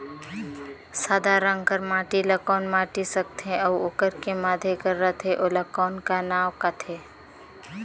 सादा रंग कर माटी ला कौन माटी सकथे अउ ओकर के माधे कर रथे ओला कौन का नाव काथे?